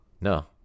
No